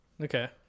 Okay